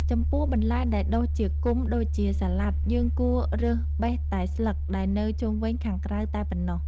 ចំពោះបន្លែដែលដុះជាគុម្ពដូចជាសាឡាត់ យើងគួររើសបេះតែស្លឹកដែលនៅជុំវិញខាងក្រៅតែប៉ុណ្ណោះ។